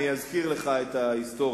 אני אזכיר לך את ההיסטוריה.